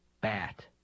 Bat